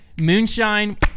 moonshine